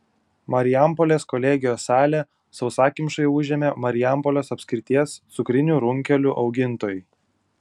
marijampolės kolegijos salę sausakimšai užėmė marijampolės apskrities cukrinių runkelių augintojai